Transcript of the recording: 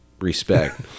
respect